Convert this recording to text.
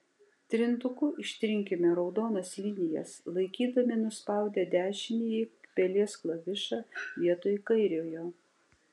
trintuku ištrinkime raudonas linijas laikydami nuspaudę dešinįjį pelės klavišą vietoj kairiojo